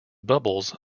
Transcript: bubbles